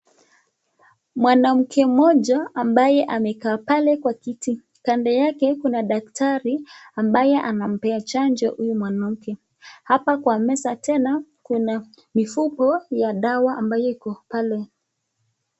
Mwanamke moja ambaye amekaa pale kwa kiti. Kando yake kuna daktari ambaye anampea chanjo huyu mwanamke. Hapa kwa meza tena kuna mifuko ya dawa ambayo iko pale.